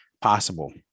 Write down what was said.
possible